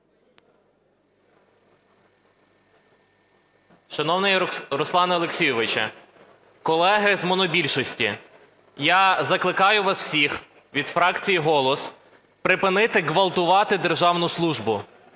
Шановний Руслане Олексійовичу, колеги з монобільшості, я закликаю вас всіх від фракції "Голос" припинити ґвалтувати державну службу.